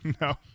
No